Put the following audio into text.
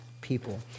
people